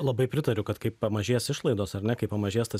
labai pritariu kad kai pamažės išlaidos ar ne kai pamažės tas